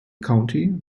county